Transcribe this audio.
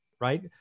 Right